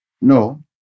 No